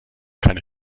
keine